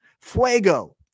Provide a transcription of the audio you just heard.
Fuego